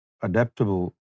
adaptable